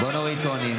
בואו נוריד טונים.